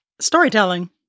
storytelling